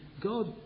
God